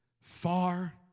far